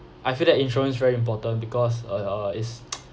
I feel that insurance very important because uh uh it's